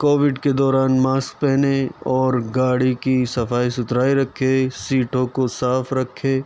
Covid کے دوران mask پہنے اور گاڑی کی صفائی ستھرائی رکھے سیٹو کو صاف رکھے